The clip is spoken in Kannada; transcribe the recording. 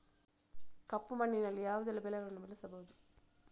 ಕಪ್ಪು ಮಣ್ಣಿನಲ್ಲಿ ಯಾವುದೆಲ್ಲ ಬೆಳೆಗಳನ್ನು ಬೆಳೆಸಬಹುದು?